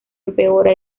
empeora